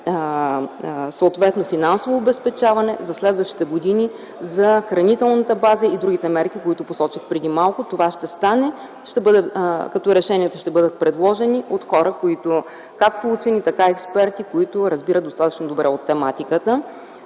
съответно финансово обезпечаване за следващите години за хранителната база и другите мерки, които посочих преди малко. Това ще стане, като решенията ще бъдат предложени както от учени, така и от експерти, които разбират достатъчно добре от тематиката.